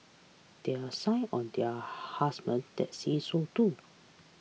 there are sign on their that say so too